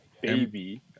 baby